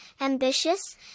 ambitious